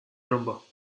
rumbo